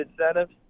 incentives